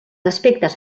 aspectes